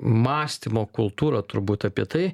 mąstymo kultūrą turbūt apie tai